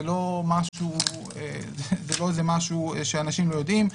זה לא משהו שאנשים לא יודעים,